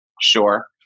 Sure